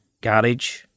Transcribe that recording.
Garage